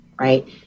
right